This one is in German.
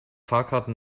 fahrkarten